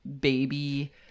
baby